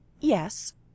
Yes